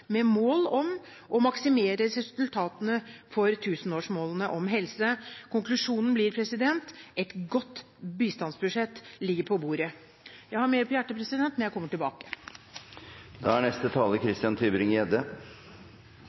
med mål om å maksimere resultatene for tusenårsmålene om helse. Konklusjonen blir at et godt bistandsbudsjett ligger på bordet. Jeg har mer på hjertet når jeg kommer tilbake. Jeg har også litt på hjertet. Utenriks- og forsvarskomiteens leder, som dessverre ikke er